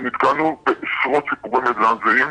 ונתקלנו בעשרות סיפורים מזעזעים,